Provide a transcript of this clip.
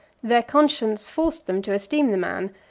their conscience forced them to esteem the man,